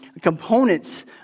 components